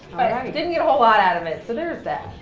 i didn't get a lot out of it so there's that.